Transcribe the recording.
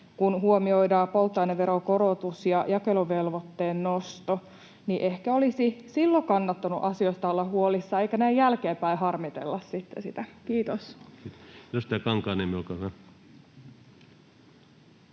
kun huomioidaan polttoaineveron korotus ja jakeluvelvoitteen nosto. Ehkä olisi silloin kannattanut asiasta olla huolissaan eikä näin jälkeenpäin sitten harmitella sitä. — Kiitos.